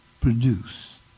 produce